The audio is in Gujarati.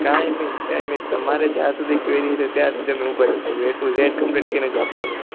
કાઇ નય કાઇ નય તમારે જ્યાં સુધી ક્વેરી છે ત્યાં સુધી અમે ઊભા રઈશું એ તો જેડ કમ્પ્લીટ કરી ને જ આપવાનું